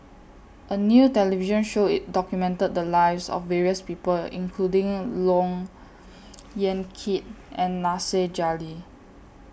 A New television Show IT documented The Lives of various People including Look Yan Kit and Nasir Jalil